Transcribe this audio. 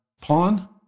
pawn